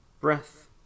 Breath